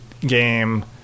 game